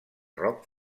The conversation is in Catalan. rock